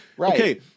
okay